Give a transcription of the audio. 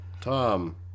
Tom